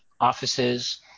offices